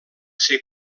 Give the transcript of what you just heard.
ser